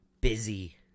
busy